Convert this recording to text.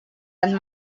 and